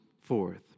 forth